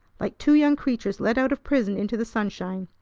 like two young creatures let out of prison into the sunshine.